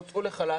הוצאו לחל"ת,